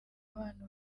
abana